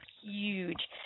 huge